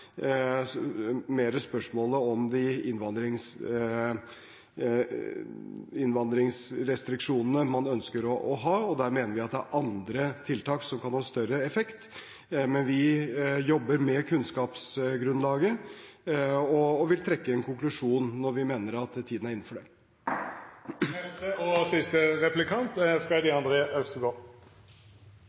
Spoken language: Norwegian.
andre spørsmålet er mer de innvandringsrestriksjonene man ønsker å ha, og der mener vi det er andre tiltak som kan ha større effekt. Men vi jobber med kunnskapsgrunnlaget og vil trekke en konklusjon når vi mener at tiden er inne for det. Det er gledelig å se at enkelte av de forslagene både SV og Arbeiderpartiet har fremmet, er